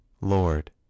Lord